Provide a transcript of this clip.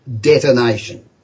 detonation